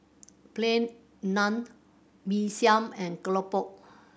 Plain Naan Mee Siam and keropok